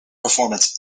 performance